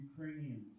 Ukrainians